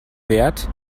wert